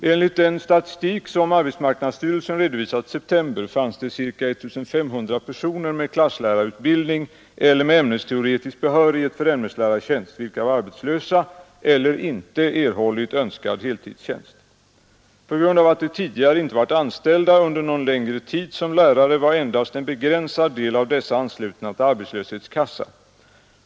Enligt den statistik som arbetsmarknadsstyrelsen redovisat i september fanns det ca 1 500 personer med klasslärarutbildning eller med ämnesteoretisk behörighet för ämneslärartjänst vilka var arbetslösa eller inte erhållit önskad heltidstjänst. På grund av att de tidigare inte varit anställda under någon längre tid som lärare var endast en begränsad del av dessa anslutna till arbetslöshetskassa.